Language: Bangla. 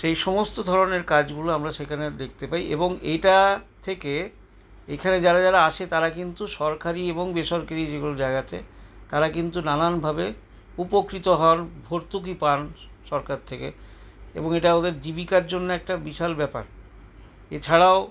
সেই সমস্ত ধরনের কাজগুলো আমরা সেখানে দেখতে পাই এবং এটা থেকে এখানে যারা যারা আসে তারা কিন্তু সরকারি এবং বেসরকারি যেগুলো জায়গাতে তারা কিন্তু নানানভাবে উপকৃত হন ভর্তুকি পান সরকার থেকে এবং এটা ওদের জীবিকার জন্য একটা বিশাল ব্যাপার এছাড়াও